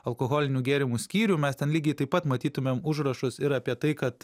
alkoholinių gėrimų skyrių mes ten lygiai taip pat matytumėm užrašus ir apie tai kad